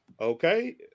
Okay